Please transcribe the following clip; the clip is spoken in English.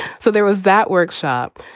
so there was that workshop.